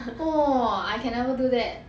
!wah! I can never do that